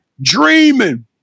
dreaming